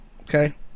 Okay